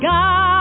God